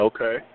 Okay